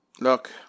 Look